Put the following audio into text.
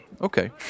Okay